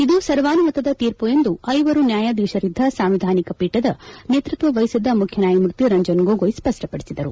ಇದು ಸರ್ವಾನುಮತದ ತೀರ್ಮ ಎಂದು ಐವರು ನ್ಯಾಯಾಧೀಶರಿದ್ದ ಸಾಂವಿಧಾನಿಕ ಪೀಠದ ನೇತೃತ್ವ ವಹಿಸಿದ್ದ ಮುಖ್ಯನ್ಯಾಯಮೂರ್ತಿ ರಂಜನ್ ಗೋಗೊಯ್ ಸ್ಪಪ್ಪಪಡಿಸಿದರು